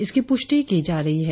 इसकी पुष्टि कि जा रही है